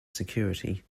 security